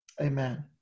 Amen